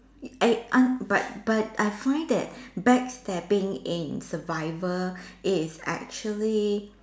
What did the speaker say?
eh uh but but I find that backstabbing in survivor is actually